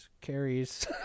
carries